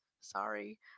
sorry